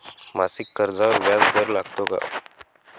मासिक कर्जावर व्याज दर लागतो का?